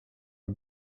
her